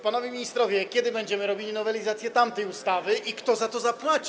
Panowie ministrowie, kiedy będziemy robili nowelizację tamtej ustawy i kto za to zapłaci?